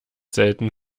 selten